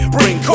Bring